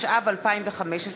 התשע"ו 2015,